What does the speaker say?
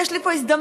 יש לי פה הזדמנות,